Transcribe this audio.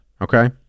okay